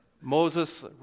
Moses